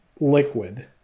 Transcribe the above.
liquid